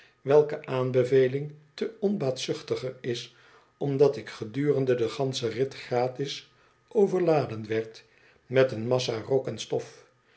welke aanbeveling te onbaatzuchtiger is omdat ik gedurende den gansenen rit gratis overladen werd met een massa rook on stof